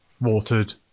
watered